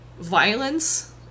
violence